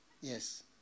yes